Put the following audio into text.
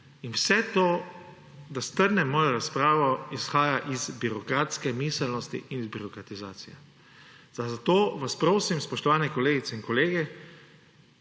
Vse to, da strnem svojo razpravo, izhaja iz birokratske miselnosti in iz birokratizacije. Zato vas prosim, spoštovane kolegice in kolegi,